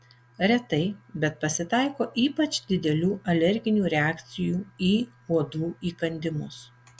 retai bet pasitaiko ypač didelių alerginių reakcijų į uodų įkandimus